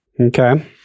Okay